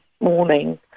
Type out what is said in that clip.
morning